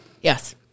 Yes